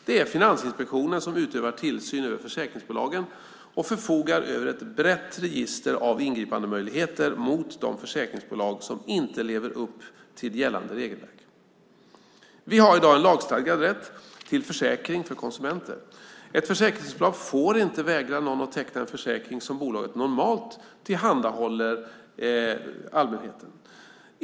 Det är Finansinspektionen som utövar tillsyn över försäkringsbolagen och förfogar över ett brett register av ingripandemöjligheter mot de försäkringsbolag som inte lever upp till gällande regelverk. Vi har i dag en lagstadgad rätt till försäkring för konsumenter. Ett försäkringsbolag får inte vägra någon att teckna en försäkring som bolaget normalt tillhandahåller allmänheten.